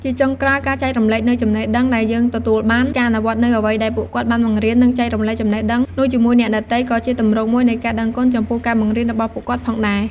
ជាចុងក្រោយ ការចែករំលែកនូវចំណេះដឹងដែលយើងទទួលបាន ការអនុវត្តនូវអ្វីដែលពួកគាត់បានបង្រៀន និងចែករំលែកចំណេះដឹងនោះជាមួយអ្នកដទៃ ក៏ជាទម្រង់មួយនៃការដឹងគុណចំពោះការបង្រៀនរបស់ពួកគាត់ផងដែរ។